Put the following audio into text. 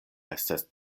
estas